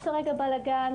יש כרגע בלגאן,